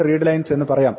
readlines എന്ന് പറയാം